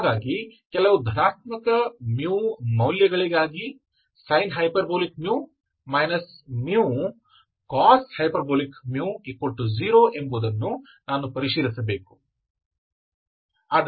ಹಾಗಾಗಿ ಕೆಲವು ಧನಾತ್ಮಕ μ ಮೌಲ್ಯಗಳಿಗಾಗಿ sin hμx μ cosh μx 0 ಎಂಬುದನ್ನು ನಾನು ಪರಿಶೀಲಿಸಬೇಕು